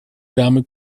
dame